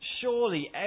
Surely